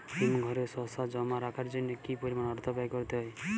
হিমঘরে শসা জমা রাখার জন্য কি পরিমাণ অর্থ ব্যয় করতে হয়?